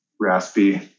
raspy